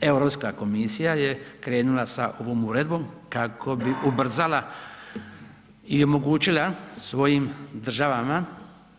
Europska komisija je krenula sa ovom uredbom kako bi ubrzala i omogućila svojim državama